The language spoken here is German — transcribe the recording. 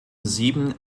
sieben